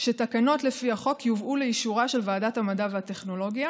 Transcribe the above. שתקנות לפי החוק יובאו לאישורה של ועדת המדע והטכנולוגיה,